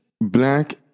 black